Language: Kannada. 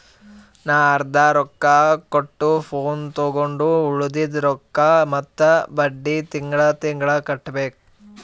ನಾ ಅರ್ದಾ ರೊಕ್ಕಾ ಕೊಟ್ಟು ಫೋನ್ ತೊಂಡು ಉಳ್ದಿದ್ ರೊಕ್ಕಾ ಮತ್ತ ಬಡ್ಡಿ ತಿಂಗಳಾ ತಿಂಗಳಾ ಕಟ್ಟಬೇಕ್